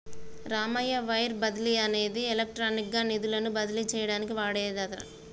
Ramayya wire బదిలీ అనేది electronic గా నిధులను బదిలీ చేయటానికి వాడేదట